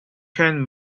can